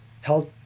Health